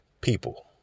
people